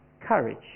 courage